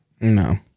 No